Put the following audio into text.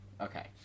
Okay